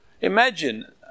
Imagine